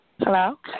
Hello